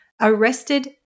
arrested